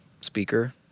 speaker